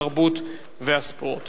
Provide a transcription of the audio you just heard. התרבות והספורט